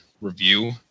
review